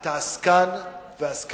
אתה עסקן ועסקן קטן.